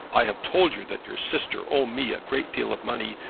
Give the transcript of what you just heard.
i have told you that your sister owe me a great deal of money,